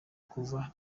kuva